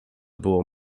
było